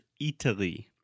Italy